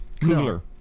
Cooler